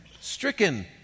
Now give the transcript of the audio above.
stricken